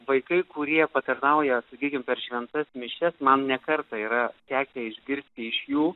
vaikai kurie patarnauja sakykim per šventas mišias man ne kartą yra tekę išgirsti iš jų